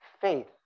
faith